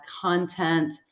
content